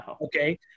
Okay